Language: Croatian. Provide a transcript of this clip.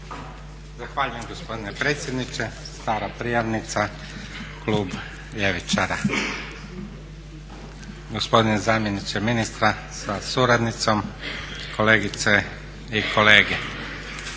Zahvaljujem gospodine predsjedniče. Gospodine zamjeniče ministra sa suradnicom, kolegice i kolege.